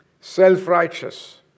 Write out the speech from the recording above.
self-righteous